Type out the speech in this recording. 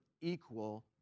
equal